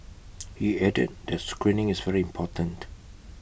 he added that screening is very important